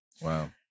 Wow